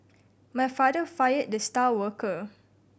my father fired the star worker